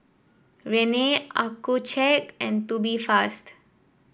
Rene Accucheck and Tubifast